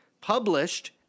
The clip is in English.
published